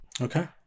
Okay